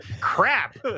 Crap